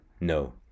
No